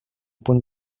punt